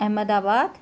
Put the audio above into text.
Ahmedabad